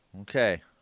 Okay